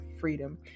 freedom